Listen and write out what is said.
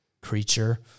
creature